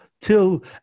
till